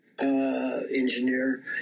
engineer